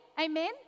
amen